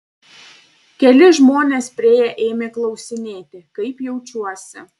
keli žmonės priėję ėmė klausinėti kaip jaučiuosi